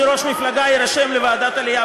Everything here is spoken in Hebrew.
שראש מפלגה יירשם לוועדת העלייה,